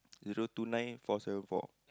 zero two nine four seven four